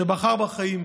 שבחר בחיים.